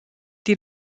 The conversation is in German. die